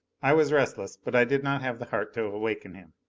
i was restless, but i did not have the heart to awaken him.